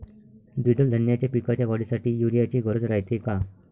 द्विदल धान्याच्या पिकाच्या वाढीसाठी यूरिया ची गरज रायते का?